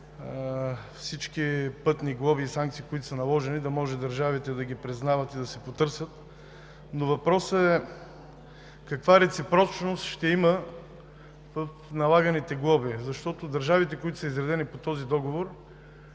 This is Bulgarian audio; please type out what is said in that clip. всички пътни глоби и санкции, които са наложени, държавите да ги признават и да си ги търсят, но въпросът е: каква реципрочност ще има в налаганите глоби? Защото държавите, които са изредени по този договор,